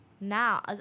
now